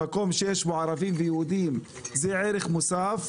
מקום שיש בו ערבים ויהודים זה ערך מוסף.